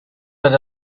that